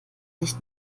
nicht